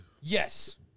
Yes